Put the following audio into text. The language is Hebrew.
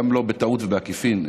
גם לא בטעות ובעקיפין,